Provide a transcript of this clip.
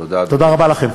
תודה רבה לכם.